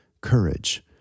courage